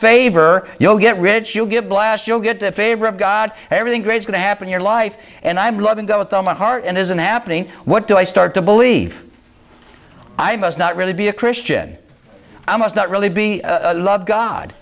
favor you'll get rich you'll get a blast you'll get a favor of god everything great going to happen your life and i'm loving god with all my heart and isn't happening what do i start to believe i must not really be a christian i must not really be love god